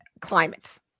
climates